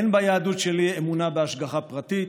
אין ביהדות שלי אמונה בהשגחה פרטית,